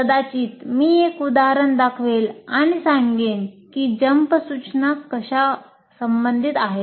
कदाचित मी एक उदाहरण दाखवेल आणि सांगेन की जंप सूचना कशा संबंधित आहेत